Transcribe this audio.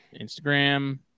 Instagram